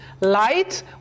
light